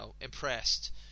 impressed